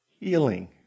healing